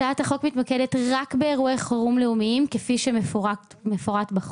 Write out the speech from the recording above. הצעת החוק מתמקדת רק באירועי חירום לאומיים כפי שמפורט בחוק.